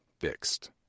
fixed